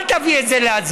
אל תביא את זה להצבעה.